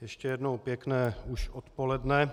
Ještě jednou pěkné už odpoledne.